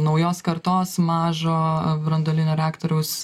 naujos kartos mažo branduolinio reaktoriaus